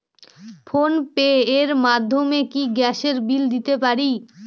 Phone pay র মাধ্যমে কি গ্যাসের বিল দিতে পারি?